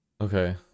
Okay